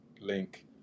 link